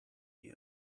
you